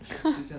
ha